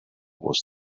was